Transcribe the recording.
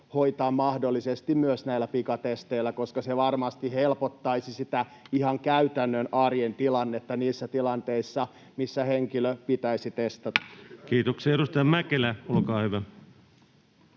hoitaa mahdollisesti myös näillä pikatesteillä, koska se varmasti helpottaisi sitä ihan käytännön arjen tilannetta, missä henkilö pitäisi testata. Kiitoksia. — Edustaja Mäkelä, olkaa hyvä.